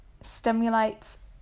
stimulates